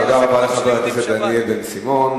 תודה רבה לחבר הכנסת דניאל בן-סימון.